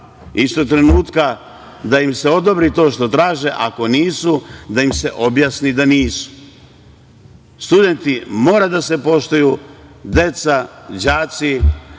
istog trenutka da im se odobri to što traže, ako nisu da im se objasni da nisu. Studenti moraju da se poštuju, deca, đaci